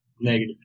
Negative